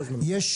יש